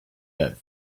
earth